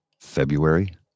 February